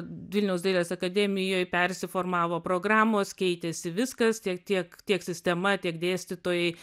vilniaus dailės akademijoj persiformavo programos keitėsi viskas tiek tiek tiek sistema tiek dėstytojai